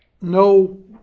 no